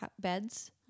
beds